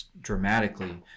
dramatically